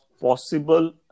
possible